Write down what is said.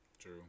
True